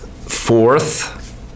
fourth